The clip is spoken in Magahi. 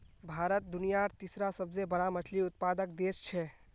भारत दुनियार तीसरा सबसे बड़ा मछली उत्पादक देश छे